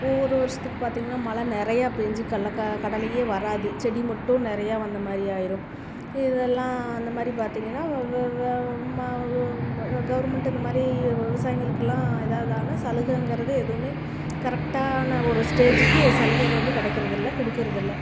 போ ஒரு வருஷத்துக்கு பார்த்திங்கன்னா மழை நிறையா பேஞ்சி கல்லைக்கா கடலையே வராது செடி மட்டும் நிறையா வந்த மாதிரி ஆயிரும் இதெல்லாம் அந்த மாதிரி பார்த்திங்கன்னா கவர்மெண்ட்டு இந்த மாதிரி விவசாயிங்களுகெல்லாம் இதாதானா சலுகைங்கிறது எதுவுமே கரெக்டான ஒரு ஸ்டேஜுக்கு சலுகைக வந்து கிடைக்கிறதில்ல கொடுக்கறதில்ல